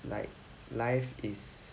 like life is